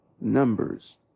numbers